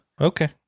Okay